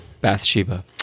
Bathsheba